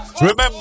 remember